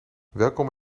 welkom